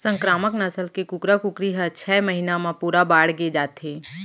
संकरामक नसल के कुकरा कुकरी ह छय महिना म पूरा बाड़गे जाथे